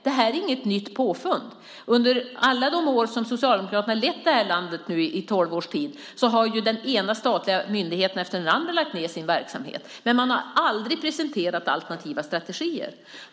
Detta är inget nytt påfund. Under alla de tolv år som Socialdemokraterna har lett detta land har den ena statliga myndigheten efter den andra lagt ned sin verksamhet. Men man har aldrig presenterat alternativa strategier.